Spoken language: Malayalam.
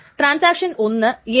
ടൈംസ്റ്റാമ്പിനെ കമ്മിറ്റ് ചെയ്യും